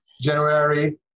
January